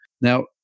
Now